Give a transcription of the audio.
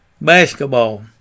basketball